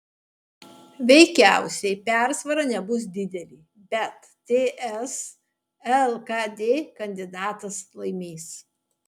veikiausiai persvara nebus didelė bet ts lkd kandidatas laimės